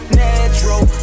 natural